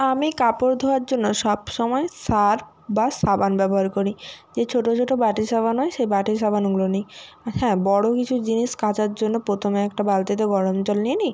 আমি কাপড় ধোয়ার জন্য সব সময় সার্ফ বা সাবান ব্যবহার করি যে ছোটো ছোটো বাটি সাবান হয় সেই বাটি সাবানগুলো নিই হ্যাঁ বড় কিছু জিনিস কাচার জন্য প্রথমে একটা বালতিতে গরম জল নিয়ে নিই